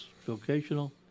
Vocational